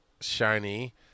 shiny